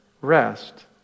rest